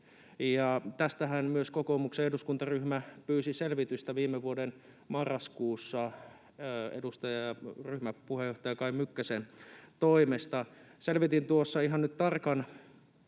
Tästähän myös kokoomuksen eduskuntaryhmä pyysi selvitystä viime vuoden marraskuussa edustaja, ryhmäpuheenjohtaja Kai Mykkäsen toimesta. Selvitin tuossa ihan nyt tarkan